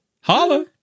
Holla